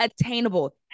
attainable